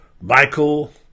Michael